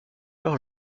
alors